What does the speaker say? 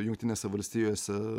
jungtinėse valstijose